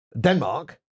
Denmark